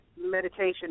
meditation